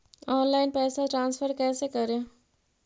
Online पैसा transfer कैसे करे?